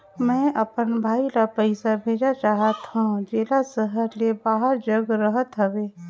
मैं अपन भाई ल पइसा भेजा चाहत हों, जेला शहर से बाहर जग रहत हवे